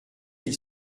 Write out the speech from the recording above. ils